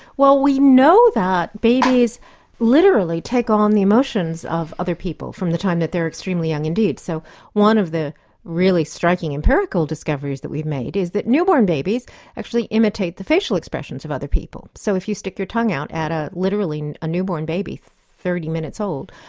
well we know that babies literally take on the emotions of other people, from the time that they're extremely young indeed. so one of the really striking empirical discoveries that we made is that newborn babies actually imitate the facial expressions of other people. so if you stick your tongue out at a literally newborn baby, thirty minutes old,